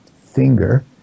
finger